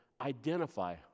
identify